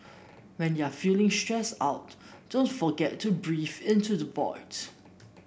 when you are feeling stressed out don't forget to breathe into the void